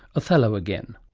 othello again.